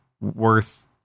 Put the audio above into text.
worth